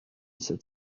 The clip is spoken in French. sept